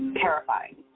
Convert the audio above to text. Terrifying